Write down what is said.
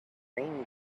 green